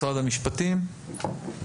משרד המשפטים.